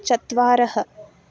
चत्वारः